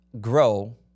grow